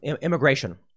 immigration